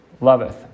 loveth